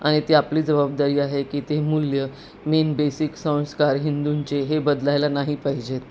आणि ती आपली जबाबदारी आहे की ते मूल्य मेन बेसिक संस्कार हिंदूंचे हे बदलायला नाही पाहिजेत